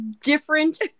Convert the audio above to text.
different